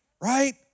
right